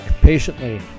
patiently